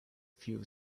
few